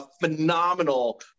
phenomenal